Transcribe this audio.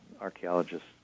archaeologists